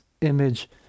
image